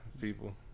people